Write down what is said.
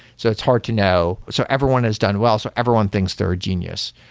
so it's hard to know. so everyone has done well. so everyone thinks they're ah genius.